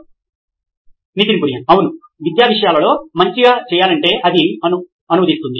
Nitin Kurian COO నోయిన్ electronics అవును విద్యా విషయాలలో మంచి చేయాలంటే అది అనువదిస్తుంది